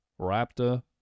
raptor